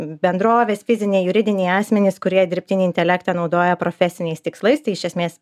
bendrovės fiziniai juridiniai asmenys kurie dirbtinį intelektą naudoja profesiniais tikslais tai iš esmės